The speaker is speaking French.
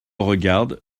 regarde